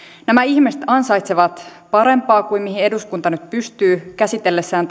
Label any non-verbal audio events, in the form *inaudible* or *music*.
nämä ihmiset ansaitsevat parempaa kuin mihin eduskunta nyt pystyy käsitellessään *unintelligible*